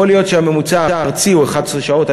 יכול להיות שהממוצע הארצי הוא 11 שעות,